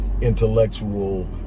intellectual